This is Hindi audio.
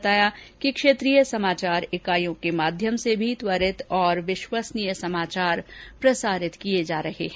श्री जावडेकर ने बताया कि क्षेत्रीय समाचार इकाइयों के माध्यम से भी त्वरित और विश्वसनीय समाचार प्रसारित किए जा रहे हैं